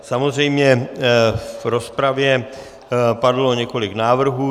Samozřejmě v rozpravě padlo několik návrhů.